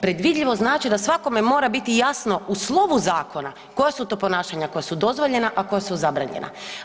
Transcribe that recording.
Predvidljivost znači da svakome mora biti jasno u slovu zakona koja su to ponašanja koja su dozvoljena, a koja su zabranjena.